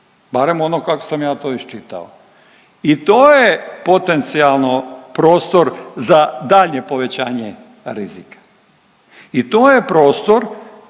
barem ono kako sam ja to iščitao i to je potencijalno prostor za daljnje povećanje rizika i to je prostor,